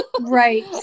Right